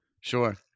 Sure